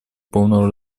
полного